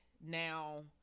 Now